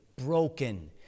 broken